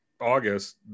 August